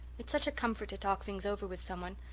it's such a comfort to talk things over with someone.